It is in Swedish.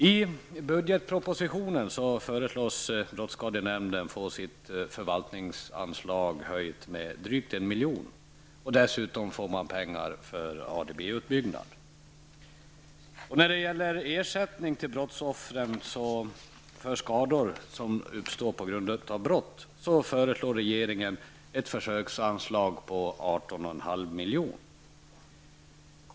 I budgetpropositionen föreslås brottsskadenämnden få sitt förvaltningsanslag höjt med drygt 1 miljon, och man får dessutom pengar för ADB-utbyggnad. Regeringen föreslår vidare för ersättning till brottsoffer för skador som uppstått på grund av brott ett försöksanslag på 18,5 milj.kr.